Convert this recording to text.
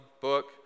book